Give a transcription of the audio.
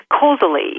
causally